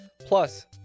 plus